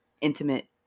intimate